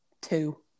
two